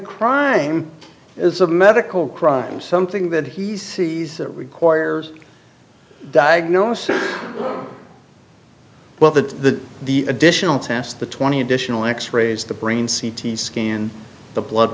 crime is a medical crime something that he sees requires a diagnosis well the the additional tests the twenty additional x rays the brain c t scan the blood